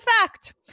fact